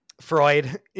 Freud